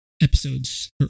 episodes